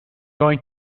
going